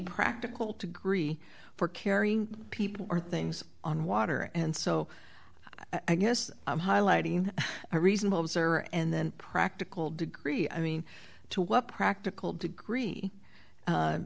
practical to grae for carrying people or things on water and so i guess i'm highlighting a reasonable observer and then practical degree i mean to what practical degree